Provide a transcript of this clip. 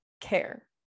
care